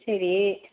சரி